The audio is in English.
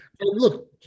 look